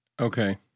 Okay